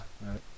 right